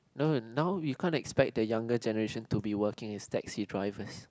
no now we can't expect the younger generation to be working as taxi drivers